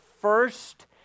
first